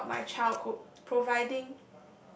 throughout my childhood providing